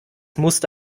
musste